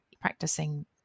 practicing